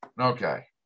okay